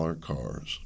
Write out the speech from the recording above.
cars